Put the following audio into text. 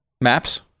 Maps